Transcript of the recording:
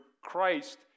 Christ